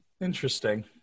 Interesting